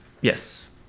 Yes